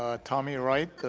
ah tommy wright.